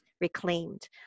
reclaimed